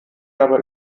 dabei